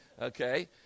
Okay